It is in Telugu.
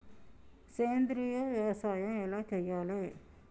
సేంద్రీయ వ్యవసాయం ఎలా చెయ్యాలే?